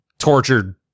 tortured